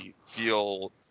feel –